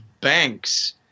banks